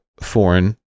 foreign